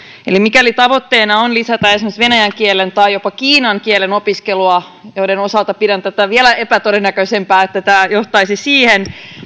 mikäli tavoitteena on lisätä esimerkiksi venäjän kielen tai jopa kiinan kielen opiskelua jonka osalta pidän tätä vielä epätodennäköisempänä että tämä johtaisi siihen